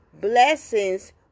blessings